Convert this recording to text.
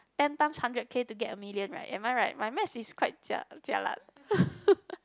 ten times hundred K to get a million right am I right my math is quite jia~ jialat